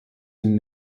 den